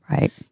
Right